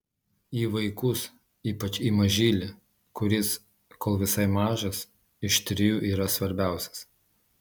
į vaikus ypač į mažylį kuris kol visai mažas iš trijų yra svarbiausias